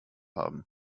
haben